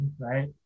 right